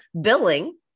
billing